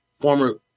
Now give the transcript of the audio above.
former